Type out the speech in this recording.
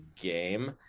game